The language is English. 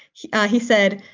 he he said,